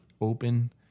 open